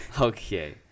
Okay